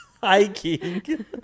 hiking